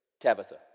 Tabitha